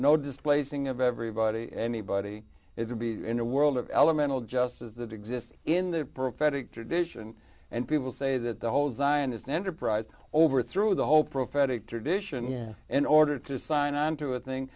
no displacing of everybody anybody it will be in a world of elemental just as it exists in the prophetic tradition and people say that the whole design is an enterprise over through the whole prophetic tradition here in order to sign onto a thing